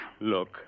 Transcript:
Look